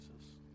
Jesus